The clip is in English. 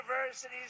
universities